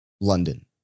London